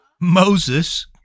Moses